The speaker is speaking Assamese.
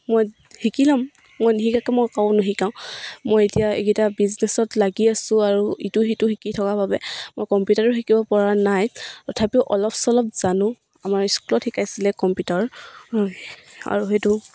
মই শিকি ল'ম মই নিশিকাকৈ মই কাকো নিশিকাওঁ মই এতিয়া এইকেইটা বিজনেচত লাগি আছোঁ আৰু ইটো সেইটো শিকি থকা বাবে মই কম্পিউটাৰো শিকিব পৰা নাই তথাপিও অলপ চলপ জানোঁ আমাৰ স্কুলত শিকাইছিলে কম্পিউটাৰ আৰু সেইটো